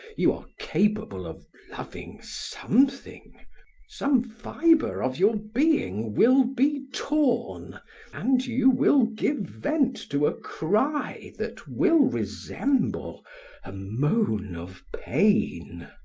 you are capable of loving something some fiber of your being will be torn and you will give vent to a cry that will resemble a moan of pain.